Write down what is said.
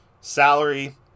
salary